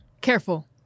Careful